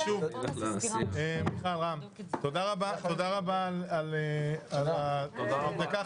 שוב, תודה רבה על הדברים.